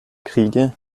kriege